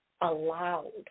allowed